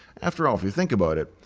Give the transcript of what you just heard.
after all, if you think about it,